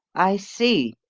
i see!